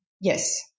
yes